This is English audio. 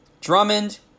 Drummond